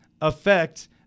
affect